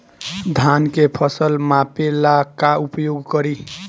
धान के फ़सल मापे ला का उपयोग करी?